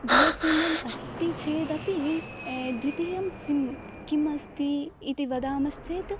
B S N L अस्ति चेदपि द्वितीयं सिं किमस्ति इति वदामश्चेत्